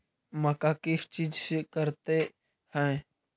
मक्का किस चीज से करते हैं?